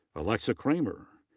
alexa kramer.